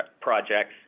projects